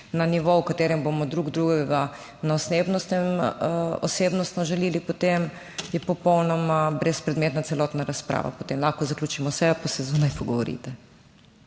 na nivo v katerem bomo drug drugega na osebnostnem, osebnostno želeli, potem je popolnoma brezpredmetna celotna razprava, potem lahko zaključimo sejo pa se zunaj pogovorite.